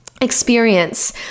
experience